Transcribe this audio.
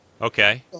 Okay